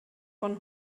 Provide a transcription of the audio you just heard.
von